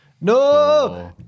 No